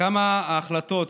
כמה ההחלטות,